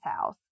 house